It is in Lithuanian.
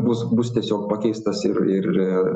bus tiesiog pakeistas ir komanda žais toliau